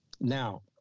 Now